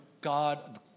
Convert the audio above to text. God